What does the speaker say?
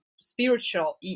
spiritual